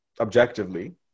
objectively